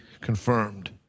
confirmed